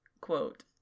quote